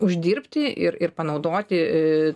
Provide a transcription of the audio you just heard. uždirbti ir ir panaudoti e